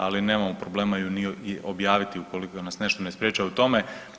Ali nemamo problema ju ni objaviti ukoliko nas nešto ne sprječava u tome.